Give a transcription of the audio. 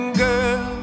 girl